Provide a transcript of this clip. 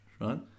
right